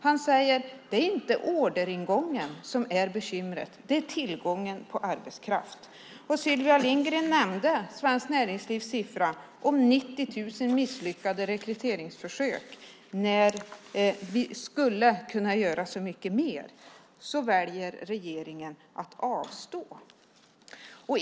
Han säger: Det är inte orderingången som är bekymret, utan det är tillgången på arbetskraft. Sylvia Lindgren nämnde Svenskt Näringslivs siffra på 90 000 misslyckade rekryteringsförsök. När vi skulle kunna göra så mycket mer väljer regeringen att avstå.